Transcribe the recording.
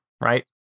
right